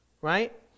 right